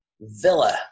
Villa